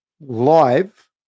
live